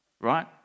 right